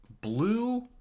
blue